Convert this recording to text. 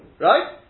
Right